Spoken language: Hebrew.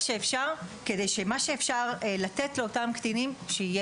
שאפשר כדי שיהיה לאותם קטינים מה שאפשר לתת להם.